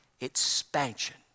expansion